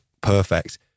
perfect